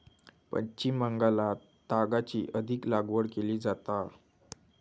पश्चिम बंगालात तागाची अधिक लागवड केली जाता